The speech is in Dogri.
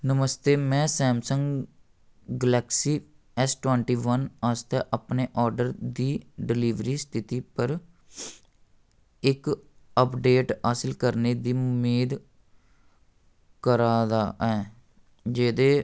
नमस्ते में Samsung galaxy S twenty one आस्तै अपने ऑर्डर दी डिलीवरी स्थिति पर इक अपडेट हासल करने दी मेद करा दा ऐं जेह्दे